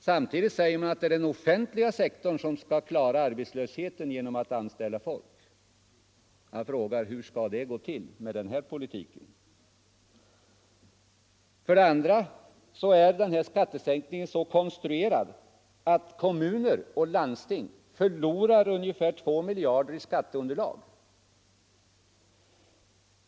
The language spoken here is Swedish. Samtidigt säger man att det är den offentliga sektorn som skall klara arbetslösheten genom att anställa folk. Jag frågar: Hur skall det gå till med den här politiken? För det andra är skattesänkningen så konstruerad att kommuner och landsting förlorar ungefär två miljarder i skatteunderlag.